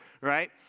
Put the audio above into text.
right